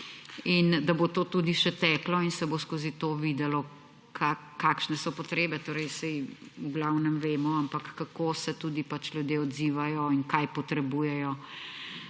in da bo to tudi še teklo in se bo skozi to videlo, kakšne so potrebe. Saj v glavnem vemo, ampak kako se tudi ljudje odzivajo in kaj potrebujejo.